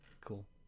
Cool